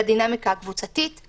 לדינמיקה הקבוצתית,